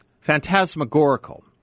phantasmagorical